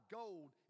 gold